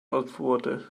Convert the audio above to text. aufbohrte